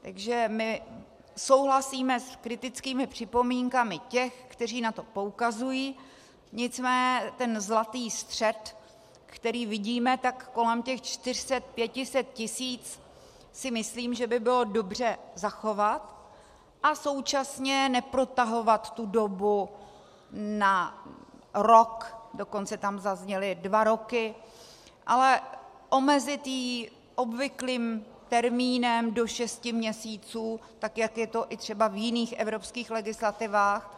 Takže my souhlasíme s kritickými připomínkami těch, kteří na to poukazují, nicméně ten zlatý střed, který vidíme tak kolem 400 tis., 500 tis., si myslím, že by bylo dobře zachovat a současně neprotahovat tu dobu na rok, dokonce tam zazněly dva roky, ale omezit ji obvyklým termínem do šesti měsíců, jak je to třeba i v jiných evropských legislativách.